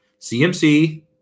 CMC